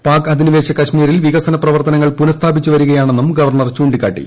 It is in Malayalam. പാക് അധിനിവേശ കശ്മീരിൽ വികസനപ്രവർത്തനങ്ങൾ പുനഃസ്ഥാപിച്ച് വരികയാണെന്നും ഗവർണ്ണർ ചൂണ്ടിക്കാട്ടി